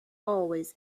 always